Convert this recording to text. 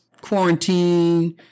quarantine